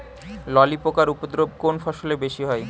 ললি পোকার উপদ্রব কোন ফসলে বেশি হয়?